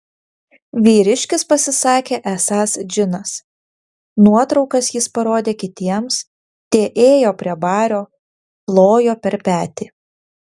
vyriškis pasisakė esąs džinas nuotraukas jis parodė kitiems tie ėjo prie bario plojo per petį